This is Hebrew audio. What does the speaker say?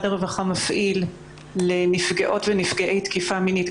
מפעיל לנפגעות ונפגעי תקיפה מינית,